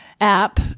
app